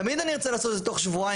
תמיד אני ארצה לעשות את זה תוך שבועיים,